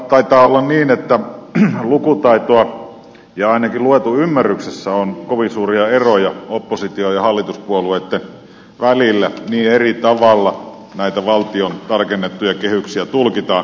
taitaa olla niin että lukutaidossa ja ainakin luetun ymmärryksessä on kovin suuria eroja opposition ja hallituspuolueitten välillä niin eri tavalla näitä valtion tarkennettuja kehyksiä tulkitaan